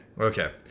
Okay